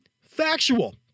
factual